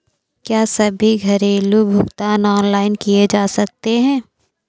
क्या सभी घरेलू भुगतान ऑनलाइन किए जा सकते हैं?